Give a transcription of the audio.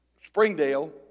Springdale